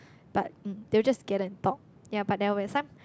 but they'll just gather and talk ya but there'll be some